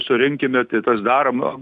surinkime tai tas daroma